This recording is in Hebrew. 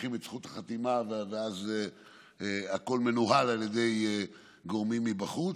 לוקחים את זכות החתימה ואז הכול מנוהל על ידי גורמים מבחוץ,